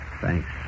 Thanks